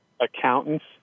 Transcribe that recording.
accountants